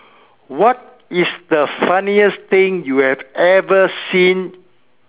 what is the funniest thing you have ever seen